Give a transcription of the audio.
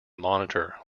monitor